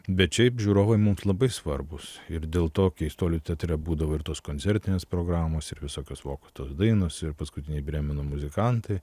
bet šiaip žiūrovai mums labai svarbūs ir dėl to keistuolių teatre būdavo ir tos koncertinės programos ir visokios dainos ir paskutiniai brėmeno muzikantai